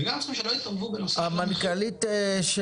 וגם צריך שלא יתערבו בנושא --- המנכ"לית של